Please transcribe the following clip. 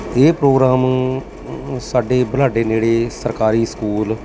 ਇਹ ਪ੍ਰੋਗਰਾਮ ਸਾਡੇ ਬਲਾਡੇ ਨੇੜੇ ਸਰਕਾਰੀ ਸਕੂਲ